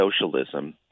socialism